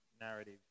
narrative